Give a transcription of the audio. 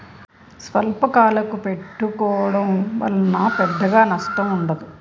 స్వల్పకాలకు పెట్టుకోవడం వలన పెద్దగా నష్టం ఉండదు